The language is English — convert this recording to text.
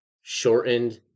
shortened